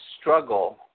struggle